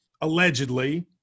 allegedly